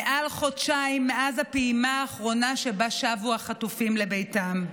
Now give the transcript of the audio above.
מעל חודשיים מאז הפעימה האחרונה שבה שבו החטופים לביתם.